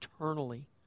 eternally